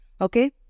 Okay